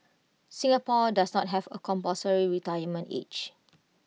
Singapore does not have A compulsory retirement age